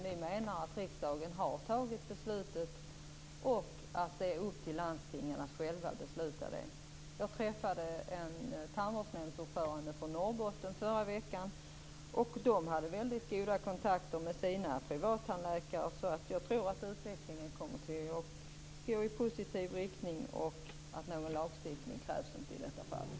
Vi menar att riksdagen har fattat beslutet och att det nu är upp till landstingen själva att bestämma. Jag träffade i förra veckan en ordförande för en tandvårdsnämnd i Norrbotten. De har goda kontakter med sina privattandläkare. Jag tror att utvecklingen kommer att gå i positiv riktning. Någon lagstiftning krävs inte i det fallet.